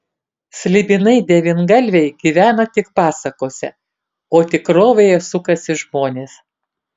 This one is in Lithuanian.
slibinai devyngalviai gyvena tik pasakose o tikrovėje sukasi žmonės